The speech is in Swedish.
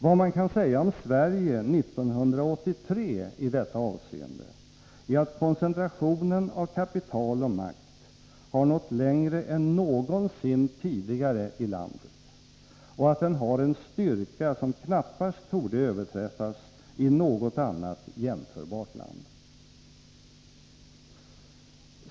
Vad man kan säga om Sverige 1983 i detta avseende är att koncentrationen av kapital och makt har nått längre än någonsin tidigare i landet och att den har en styrka som knappast torde överträffas i något annat jämförbart land.